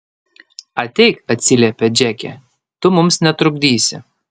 ateik atsiliepia džeke tu mums netrukdysi